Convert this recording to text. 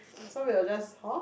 so we will just horn